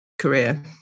Career